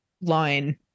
line